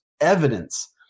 evidence